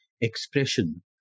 expression